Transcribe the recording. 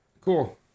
cool